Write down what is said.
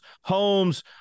homes